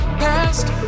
past